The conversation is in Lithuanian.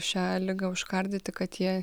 šią ligą užkardyti kad ja